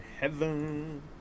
heaven